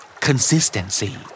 Consistency